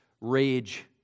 rage